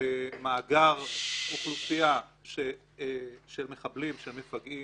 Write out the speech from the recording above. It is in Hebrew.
במאגר אוכלוסייה של מחבלים, של מפגעים,